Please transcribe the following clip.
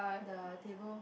the table